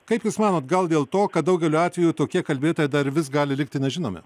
kaip jūs manot gal dėl to kad daugeliu atvejų tokie kalbėtojai dar vis gali likti nežinomi